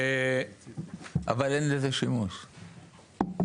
אבל אין לזה שימוש,